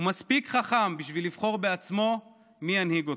הוא מספיק חכם בשביל לבחור בעצמו מי ינהיג אותו.